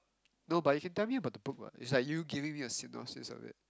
no but you can tell me about the book what it's like you giving me a synopsis of it